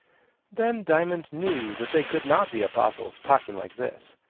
then diamond knew that they could not be apostles, talking like this.